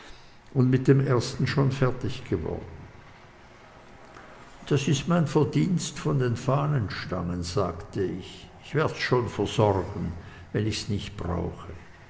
und mit dem ersten schon fertig geworden das ist mein verdienst von den fahnenstangen sagte ich ich werd's schon versorgen wenn ich's nicht brauche